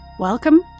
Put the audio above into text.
Welcome